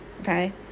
Okay